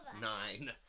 nine